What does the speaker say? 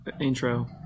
intro